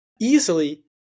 easily